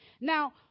Now